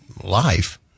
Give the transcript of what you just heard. life